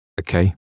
okay